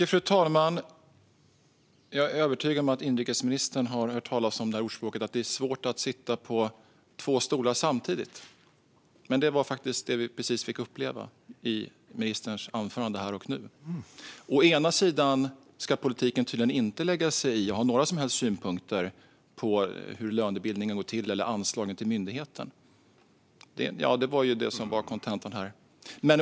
Fru talman! Jag är övertygad om att inrikesministern har hört talas om ordspråket att det är svårt att sitta på två stolar samtidigt. Det var vad vi precis fick uppleva i ministerns anförande här och nu. Å ena sidan ska politiken tydligen inte lägga sig i och ha några som helst synpunkter på hur lönebildningen går till eller anslagen till myndigheten. Det var kontentan här.